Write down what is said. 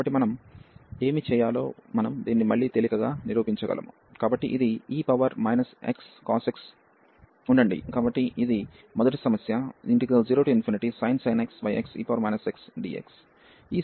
కాబట్టి మనం ఏమి చేయాలో మనం దీన్ని మళ్ళీ తేలికగా నిరూపించగలము కాబట్టి ఇది e power minus x cos x ఉండండి కాబట్టి ఇది మొదటి సమస్య 0sin x xe x dx